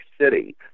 city